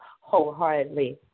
wholeheartedly